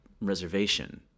reservation